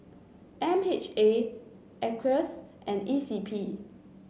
M H A Acres and E C P